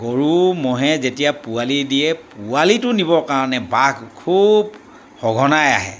গৰু ম'হে যেতিয়া পোৱালি দিয়ে পোৱালিটো নিবৰ কাৰণে বাঘ খুব সঘনাই আহে